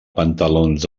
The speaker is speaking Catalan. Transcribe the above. pantalons